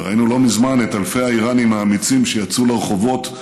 וראינו לא מזמן את אלפי האיראנים האמיצים שיצאו לרחובות.